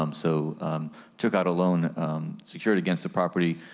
um so took out a loan secured against the property,